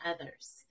others